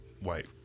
White